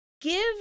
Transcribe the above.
Give